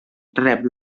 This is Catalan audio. rep